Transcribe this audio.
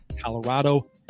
colorado